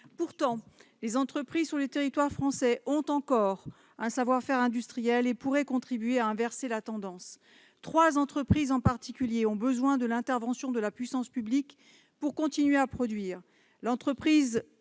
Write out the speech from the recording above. Pourtant, des entreprises sur le territoire français ont encore un savoir-faire industriel et pourraient contribuer à inverser la tendance. Trois entreprises en particulier ont besoin de l'intervention de la puissance publique pour continuer à produire. L'entreprise